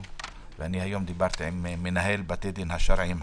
היום דיברתי עם מנהל בתי הדין השרעיים,